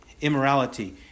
immorality